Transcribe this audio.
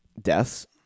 deaths